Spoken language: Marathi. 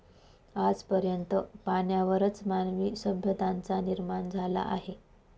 आज पर्यंत पाण्यावरच मानवी सभ्यतांचा निर्माण झाला आहे